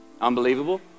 Unbelievable